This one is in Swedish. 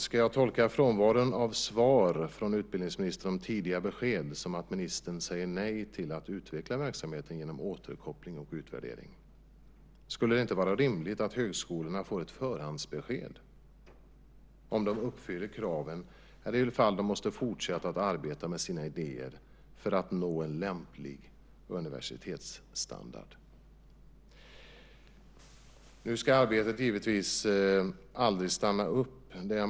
Ska jag tolka frånvaron av svar från utbildningsministern om tidiga besked som att ministern säger nej till att utveckla verksamheten genom återkoppling och utvärdering? Skulle det inte vara rimligt att högskolorna får ett förhandsbesked om de uppfyller kraven eller om de måste fortsätta att arbeta med sina idéer för att nå en lämplig universitetsstandard? Nu ska arbetet givetvis aldrig stanna upp.